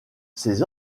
ces